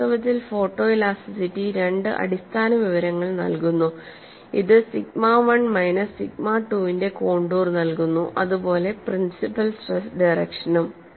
വാസ്തവത്തിൽ ഫോട്ടോഇലാസ്റ്റിറ്റി രണ്ട് അടിസ്ഥാന വിവരങ്ങൾ നൽകുന്നു ഇത് സിഗ്മ 1 മൈനസ് സിഗ്മ 2 ന്റെ കോൺടൂർ നൽകുന്നുഅതുപോലെ പ്രിൻസിപ്പൽ സ്ട്രെസ് ഡിറക്ഷനും